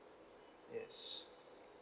yes